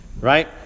Right